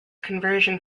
conversion